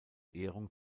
ehrung